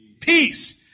peace